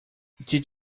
did